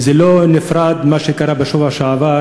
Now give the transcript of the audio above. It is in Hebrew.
וזה לא נפרד ממה שקרה בשבוע שעבר,